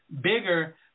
bigger